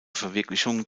verwirklichung